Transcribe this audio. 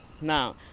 Now